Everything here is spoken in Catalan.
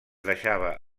deixava